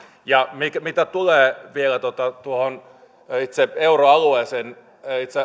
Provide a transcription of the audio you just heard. ja mitä tulee vielä itse euroalueeseen